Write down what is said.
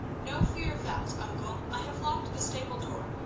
no fear of that, uncle. i have locked the stable door,